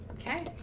Okay